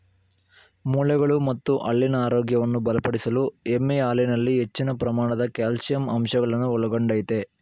ಮೂಳೆಗಳು ಮತ್ತು ಹಲ್ಲಿನ ಆರೋಗ್ಯವನ್ನು ಬಲಪಡಿಸಲು ಎಮ್ಮೆಯ ಹಾಲಿನಲ್ಲಿ ಹೆಚ್ಚಿನ ಪ್ರಮಾಣದ ಕ್ಯಾಲ್ಸಿಯಂ ಅಂಶಗಳನ್ನು ಒಳಗೊಂಡಯ್ತೆ